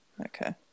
Okay